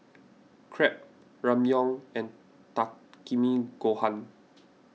Crepe Ramyeon and Takikomi Gohan